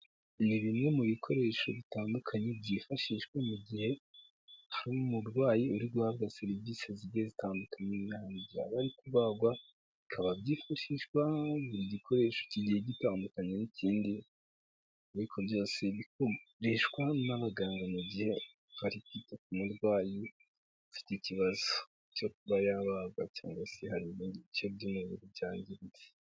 Ni bimwe mu bikoresho bitandukanye byifashishwa mu gihe hari umurwayi uri guhabwa serivisi zigiye zitandukanye mu gihe ari kubagwa bikaba byifashishwa mu gikoresho kigiye gitandukanye n'ikindi ariko byose bikoreshwa n'abaganga mu gihe politike, umurwayi ufite ikibazo cyo kuba yabagwa cyangwa se harimo ibice by'umubiri cyangiritse .